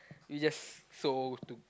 we just so to